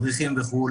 מדריכים וכו',